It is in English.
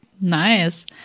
Nice